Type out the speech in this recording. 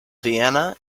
vienna